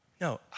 No